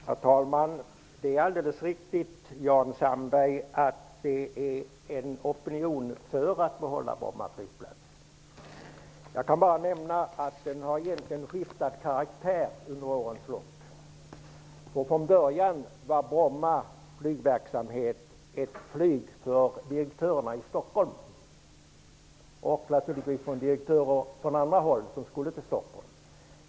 Herr talman! Det är alldeles riktigt, Jan Sandberg, att det finns en opinion för att behålla Bromma flygplats. Jag kan bara nämna att den har skiftat karaktär under årens lopp. Från början var Stockholm och för direktörer som ville resa till Stockholm.